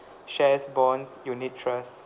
shares bonds unit trust